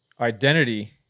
identity